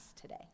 today